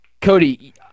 Cody